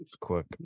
quick